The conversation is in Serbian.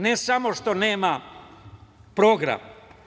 Ne samo što nema program.